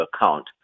account